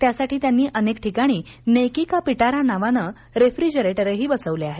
त्यासाठी त्यांनी अनेक ठिकाणी नेकी का पिटारा नावानं रेफ्रिजेरेटरही बसवले आहेत